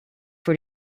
were